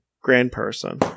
Grand-person